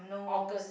organ